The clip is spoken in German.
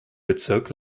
bezirk